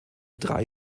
drei